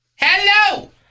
Hello